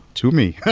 to me